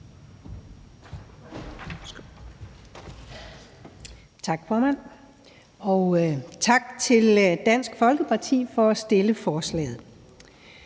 Tak, formand. Tak til Dansk Folkeparti for at stille forslaget.